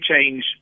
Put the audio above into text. change